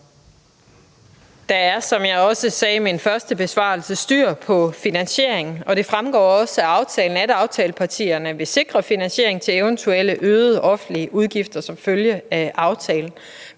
Der er, som jeg også sagde i min første besvarelse, styr på finansieringen, og det fremgår også af aftalen, at aftalepartierne vil sikre finansiering til eventuelle øgede offentlige udgifter som følge af aftalen.